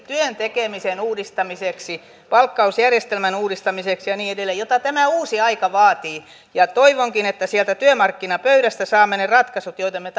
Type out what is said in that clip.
työn tekemisen uudistamiseksi palkkausjärjestelmän uudistamiseksi ja niin edelleen joita tämä uusi aika vaatii toivonkin että sieltä työmarkkinapöydästä saamme ne ratkaisut joita me